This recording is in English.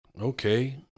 okay